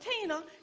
Tina